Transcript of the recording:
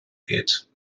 geht